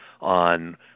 on